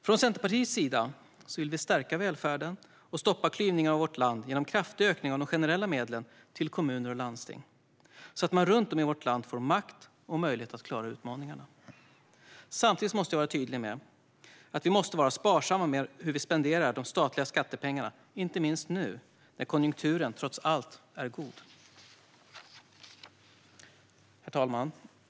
Från Centerpartiets sida vill vi stärka välfärden och stoppa klyvningen av vårt land genom kraftig ökning av de generella medlen till kommuner och landsting så att man runt om i vårt land får makt och möjlighet att klara utmaningarna. Samtidigt måste jag vara tydlig med att vi måste vara sparsamma med hur vi spenderar de statliga skattepengarna, inte minst nu när konjunkturen trots allt är god. Herr talman!